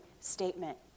statement